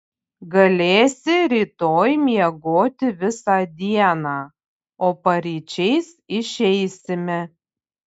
galėsi rytoj miegoti visą dieną o paryčiais išeisime